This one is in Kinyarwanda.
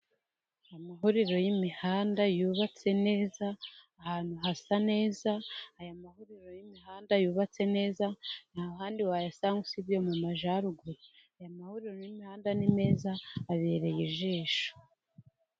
Amahuriro y'imihanda yubatse neza, ahantu hasa neza. Aya mahuriro y'imihanda yubatse neza, nta handi wayasanga usibye mu Majyaruguru. Aya mahuriro y'imihanda ni meza, abereye ijisho.